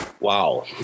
Wow